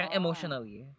emotionally